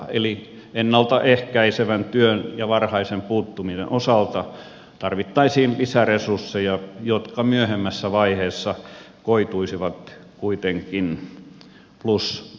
eli ennalta ehkäisevän työn ja varhaisen puuttumisen osalta tarvittaisiin lisäresursseja jotka myöhemmässä vaiheessa koituisivat kuitenkin pluspuolisiksi